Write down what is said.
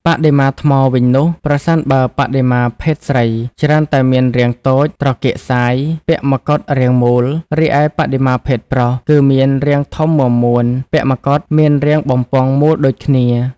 បដិមាថ្មវិញនោះ ប្រសិនបើបដិមាភេទស្រី ច្រើនតែមានរាងតូច ត្រគាកសាយ ពាក់មកុដរាងមូល រីឯបដិមាភេទប្រុស គឺមានរាងធំមាំមួន ពាក់មកុដមានរាងបំពង់មូលដូចគ្នា។